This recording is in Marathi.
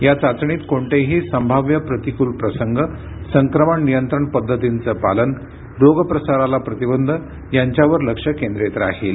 या चाचणीत कोणतेही संभाव्य प्रतिकूल प्रसंग संक्रमण नियंत्रण पद्धतींचं पालन रोगप्रसाराला प्रतिबंध यांच्यावर लक्ष केंद्रित राहील